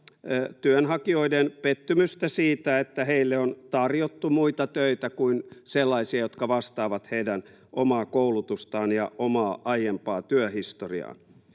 työnhakijoiden pettymystä siitä, että heille on tarjottu muita töitä kuin sellaisia, jotka vastaavat heidän omaa koulutustaan ja omaa aiempaa työhistoriaansa.